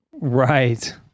Right